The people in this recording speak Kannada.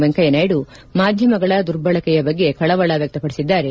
ವೆಂಕಯ್ಯನಾಯ್ಡು ಮಾಧ್ಯಮಗಳ ದುರ್ಬಳಕೆಯ ಬಗ್ಗೆ ಕಳವಳ ವ್ಯಕ್ತಪಡಿಸಿದ್ದಾರೆ